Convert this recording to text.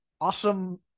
awesome